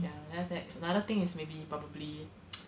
ya then after that another thing is maybe probably